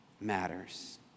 matters